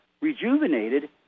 rejuvenated